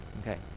Okay